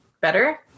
better